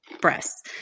breasts